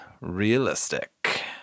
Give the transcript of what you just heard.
realistic